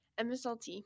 MSLT